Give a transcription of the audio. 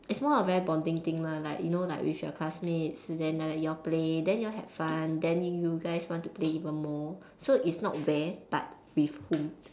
it's more of a very bonding thing lah like you know like with your classmates then like you all play then you all had fun then you guys want to play even more so it's not where but with whom